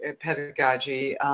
pedagogy